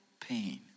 pain